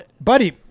Buddy